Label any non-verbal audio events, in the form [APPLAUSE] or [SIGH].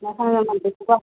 [UNINTELLIGIBLE]